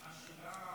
איך זה קשור,